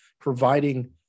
providing